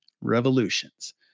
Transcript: Revolutions